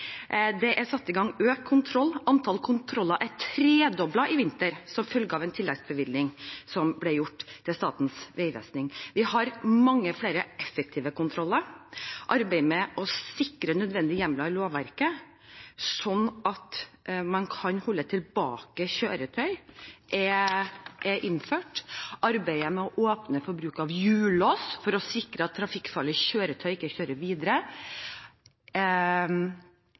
Det er satt i gang økt kontroll – antall kontroller er tredoblet i vinter som følge av en tilleggsbevilgning til Statens vegvesen. Vi har flere effektive kontroller. Arbeidet med å sikre nødvendige hjemler i lovverket, slik at man kan man holde tilbake kjøretøy, er i gang. Arbeidet med å åpne for bruk av hjullås for å sikre at trafikkfarlige kjøretøy ikke kjører videre,